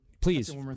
please